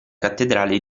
cattedrale